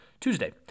Tuesday